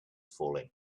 falling